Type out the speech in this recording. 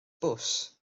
fws